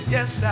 Yes